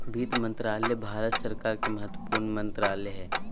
वित्त मंत्रालय भारत सरकार के महत्वपूर्ण मंत्रालय हइ